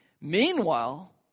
Meanwhile